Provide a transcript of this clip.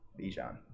Bijan